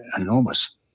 enormous